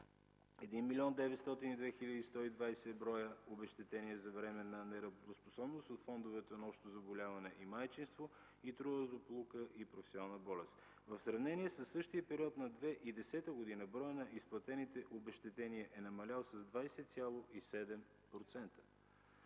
1 млн. 902 хил. 120 броя обезщетения за временна неработоспособност от фондовете „Общо заболяване и майчинство”, „Трудова злополука и професионална болест”. В сравнение със същия период на 2010 г. броят на изплатените обезщетения е намалял с 20,7%.